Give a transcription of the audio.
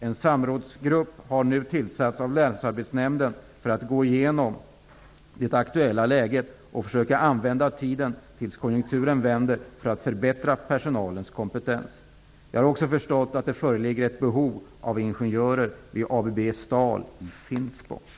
En samrådsgrupp har nu tillsatts av Länsarbetsnämnden för att gå igenom det aktuella läget och försöka använda tiden tills konjunkturen vänder till att förbättra personalens kompetens. Jag har också förstått att det föreligger ett behov av ingenjörer vid ABB Stal i Finspång.